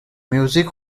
music